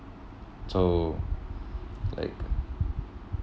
so like